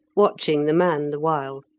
watching the man the while.